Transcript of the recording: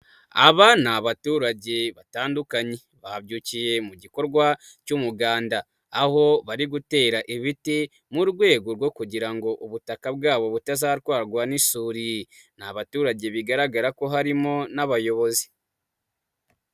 Aba ni abaturage batandukanye, babyukiye mu gikorwa cy'umuganda, aho bari gutera ibiti, mu rwego rwo kugira ngo ubutaka bwabo butazatwarwa n'isuri, ni abaturage bigaragara ko harimo n'abayobozi.